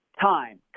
time